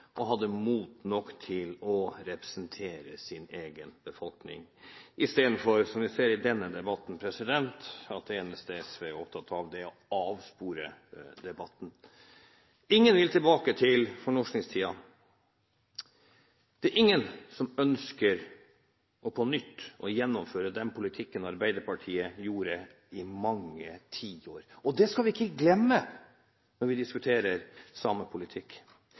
og hadde mot nok til å representere sin egen befolkning, i motsetning til det vi ser i denne debatten, hvor det eneste SV er opptatt av, er å avspore debatten. Ingen vil tilbake til fornorskningstiden. Det er ingen som ønsker på nytt å gjennomføre den politikken Arbeiderpartiet førte i mange tiår. Det skal vi ikke glemme når vi diskuterer